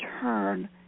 turn